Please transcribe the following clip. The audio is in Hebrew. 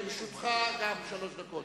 לרשותך שלוש דקות.